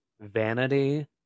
Vanity